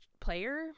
player